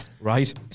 right